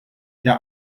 der